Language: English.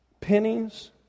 pennies